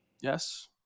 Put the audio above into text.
Yes